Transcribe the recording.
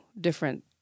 different